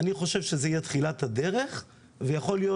אני חושב שזה יהיה תחילת הדרך ויכול להיות